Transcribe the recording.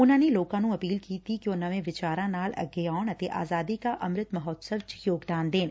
ਉਨਾਂ ਨੇ ਲੋਕਾਂ ਨੂੰ ਅਪੀਲ ਕੀਤੀ ਕਿ ਉਹ ਨਵੇਂ ਵਿਚਾਰਾਂ ਨਾਲ ਅੱਗੇ ਆਉਣ ਅੱਤੇ ਆਜ਼ਾਦੀ ਕਾ ਅੰਮਿਤ ਮਹੋਤਸਵ ਚ ਯੋਗਦਾਨ ਦੇਣ